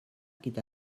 gyda